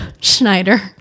schneider